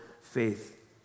faith